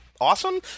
Awesome